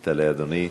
תעלה, אדוני.